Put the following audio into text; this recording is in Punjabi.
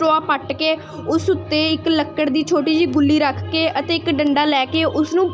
ਟੋਆ ਪੱਟ ਕੇ ਉਸ ਉੱਤੇ ਇੱਕ ਲੱਕੜ ਦੀ ਛੋਟੀ ਜਿਹੀ ਗੁੱਲੀ ਰੱਖ ਕੇ ਅਤੇ ਇੱਕ ਡੰਡਾ ਲੈ ਕੇ ਉਸਨੂੰ